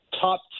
top